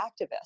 activists